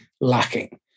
lacking